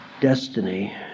destiny